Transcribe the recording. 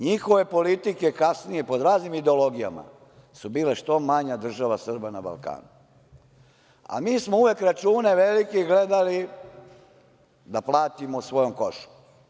Njihove politike kasnije, pod raznim ideologijama, su bile što manja država Srba na Balkanu, a mi smo uvek račune velikih gledali da platimo svojom kožom.